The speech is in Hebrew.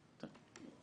תהיי איתי בבקשה.